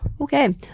Okay